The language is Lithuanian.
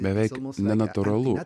beveik nenatūralu